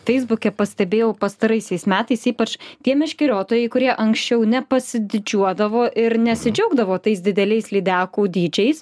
feisbuke pastebėjau pastaraisiais metais ypač tie meškeriotojai kurie anksčiau nepasididžiuodavo ir nesidžiaugdavo tais dideliais lydekų dydžiais